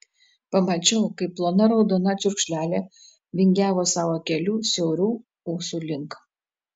pamačiau kaip plona raudona čiurkšlelė vingiavo savo keliu siaurų ūsų link